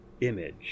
image